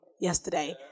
yesterday